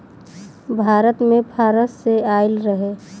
भारत मे फारस से आइल रहे